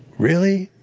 really?